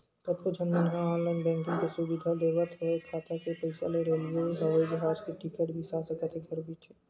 कतको झन मन ह ऑनलाईन बैंकिंग के सुबिधा लेवत होय खाता के पइसा ले रेलवे, हवई जहाज के टिकट बिसा सकत हे घर बइठे